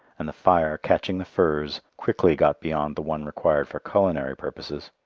and the fire, catching the furze, quickly got beyond the one required for culinary purposes.